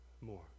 more